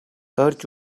дорж